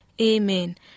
Amen